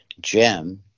Jim